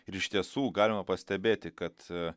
ir iš tiesų galima pastebėti kad